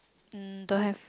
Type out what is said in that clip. mm don't have